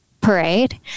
parade